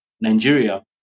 Nigeria